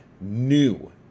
new